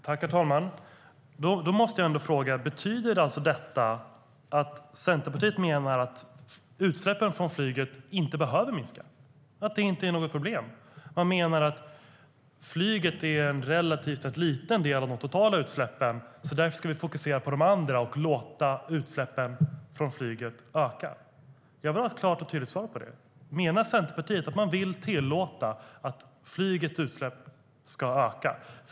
Herr talman! Då måste jag ändå fråga: Betyder detta att Centerpartiet menar att utsläppen från flyget inte behöver minska, att de inte är något problem? Menar man att flyget står för en relativt liten del av de totala utsläppen och att vi därför ska fokusera på det andra och låta utsläppen från flyget öka? Jag vill ha ett klart och tydligt svar på det. Menar Centerpartiet att man vill tillåta att flygets utsläpp ska öka?